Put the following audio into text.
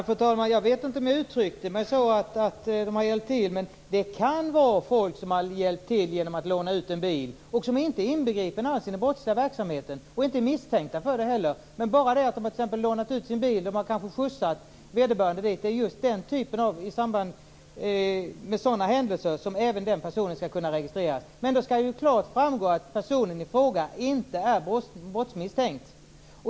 Fru talman! Jag vet inte om jag uttryckte mig så att de har hjälpt till. Men det kan vara folk som har hjälpt till genom att låna ut en bil, som inte alls är inbegripna i den brottsliga verksamheten och inte är misstänkta för det heller. Det är just i samband med händelser som t.ex. att man lånat ut sin bil, kanske skjutsat vederbörande, som även den personen skall kunna registreras. Men då skall det klart framgå att personen i fråga inte är brottsmisstänkt.